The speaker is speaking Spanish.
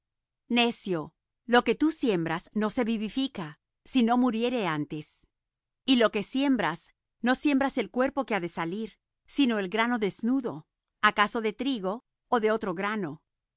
necio lo que tú siembras no se vivifica si no muriere antes y lo que siembras no siembras el cuerpo que ha de salir sino el grano desnudo acaso de trigo ó de otro grano